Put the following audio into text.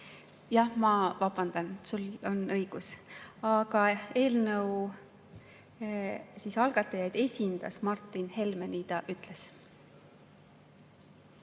Jah, ma vabandan, sul on õigus. Aga eelnõu algatajaid esindas Martin Helme, nii ta ütles.